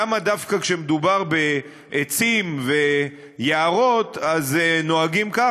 למה דווקא כשמדובר בעצים ויערות נוהגים כך,